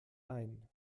ein